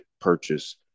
purchase